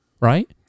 right